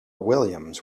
williams